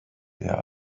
der